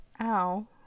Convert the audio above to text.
Ow